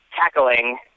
tackling